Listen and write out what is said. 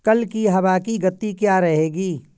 कल की हवा की गति क्या रहेगी?